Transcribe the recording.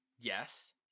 yes